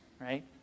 right